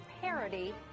parody